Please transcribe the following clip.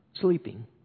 sleeping